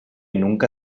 nunca